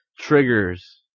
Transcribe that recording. triggers